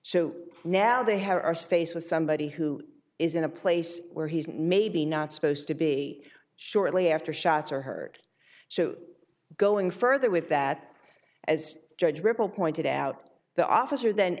so now they have our space with somebody who is in a place where he's maybe not supposed to be shortly after shots are heard going further with that as judge ripple pointed out the officer then